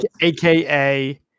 AKA